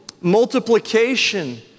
multiplication